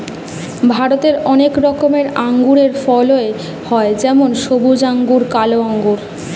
ভারতে অনেক রকমের আঙুরের ফলন হয় যেমন সবুজ আঙ্গুর, কালো আঙ্গুর